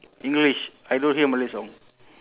english I don't hear malay song